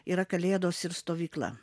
yra kalėdos ir stovykla